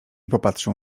popatrzył